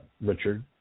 Richard